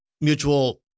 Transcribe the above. mutual